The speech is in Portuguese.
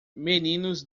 meninos